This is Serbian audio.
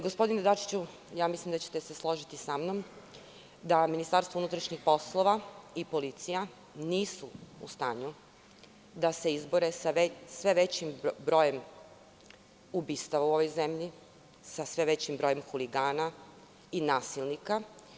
Gospodine Dačiću, mislim da će te se složiti sa mnom da MUP i policija nisu u stanju da se izbore sa sve većim brojem ubistava u ovoj zemlji, sa sve većim brojem huligana i nasilnika.